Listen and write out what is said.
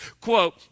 Quote